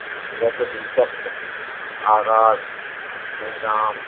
جیسے دلچسپ آغاز انجام